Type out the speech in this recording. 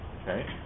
Okay